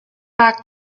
back